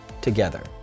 together